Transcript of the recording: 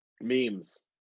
Memes